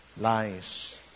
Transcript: Lies